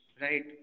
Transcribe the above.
right